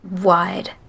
wide